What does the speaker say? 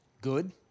Good